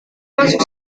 masuk